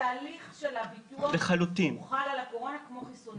תהליך הביטוח חל על הקורונה כמו חיסונים אחרים.